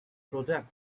product